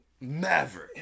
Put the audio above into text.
Maverick